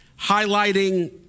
highlighting